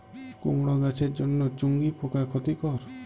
কুমড়ো গাছের জন্য চুঙ্গি পোকা ক্ষতিকর?